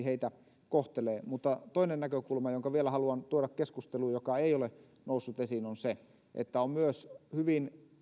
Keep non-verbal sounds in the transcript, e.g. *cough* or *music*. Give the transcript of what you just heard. *unintelligible* heitä kohtelee toinen näkökulma jonka vielä haluan tuoda keskusteluun joka ei ole noussut esiin on se että on myös asiakaskunnaltaan hyvin *unintelligible*